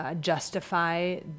justify